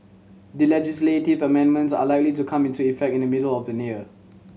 the legislative amendments are likely to come into effect in the middle of the year